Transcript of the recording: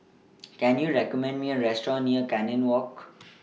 Can YOU recommend Me A Restaurant near Canning Walk